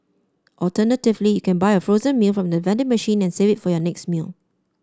alternatively you can buy a frozen meal from the vending machine and save it for your next meal